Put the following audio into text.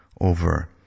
over